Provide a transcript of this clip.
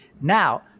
Now